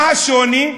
מה השוני?